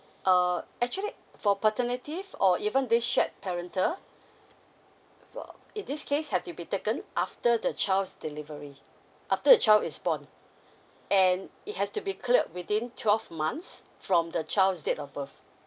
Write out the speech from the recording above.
uh actually for paternity or even this shared parental for in this case have to be taken after the child's delivery after the child is born and it has to be cleared within twelve months from the child's date of birth